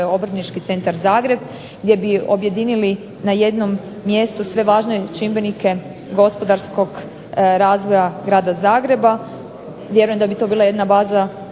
obrtnički centar Zagreb gdje bi objedinili na jednom mjestu sve važne čimbenike gospodarskog razvoja Grada Zagreba. Vjerujem da bi to bila jedna baza